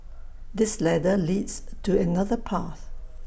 this ladder leads to another path